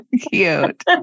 Cute